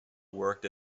worked